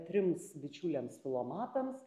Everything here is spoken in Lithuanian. trims bičiuliams filomatams